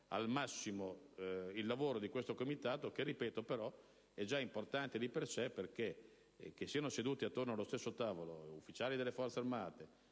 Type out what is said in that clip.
al massimo il lavoro di questo Comitato che, ripeto, è già importante di per sé: che siano seduti allo stesso tavolo ufficiali delle Forze armate